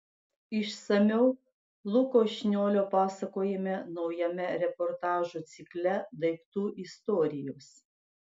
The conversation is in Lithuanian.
išsamiau luko šniolio pasakojime naujame reportažų cikle daiktų istorijos